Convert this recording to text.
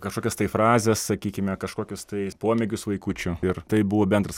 kažkokias tai frazes sakykime kažkokius tai pomėgius vaikučių ir tai buvo bendras